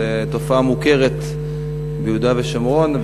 זו תופעה מוכרת ביהודה ושומרון,